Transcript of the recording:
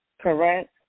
correct